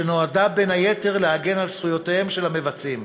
שנועדה בין היתר להגן על זכויותיהם של המבצעים.